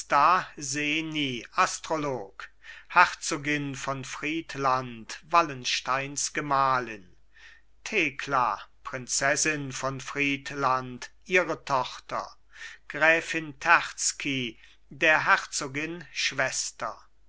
astrolog herzogin von friedland wallensteins gemahlin thekla prinzessin von friedland ihre tochter gräfin terzky der herzogin schwester